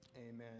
Amen